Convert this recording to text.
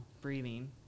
breathing